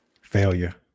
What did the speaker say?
Failure